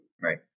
right